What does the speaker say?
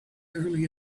early